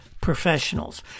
professionals